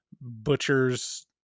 butcher's